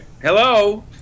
Hello